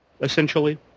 Essentially